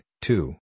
two